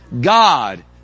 God